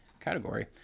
category